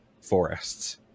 forests